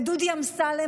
ודודי אמסלם,